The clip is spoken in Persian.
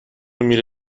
میره